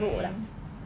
mm mm